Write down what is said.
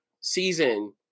season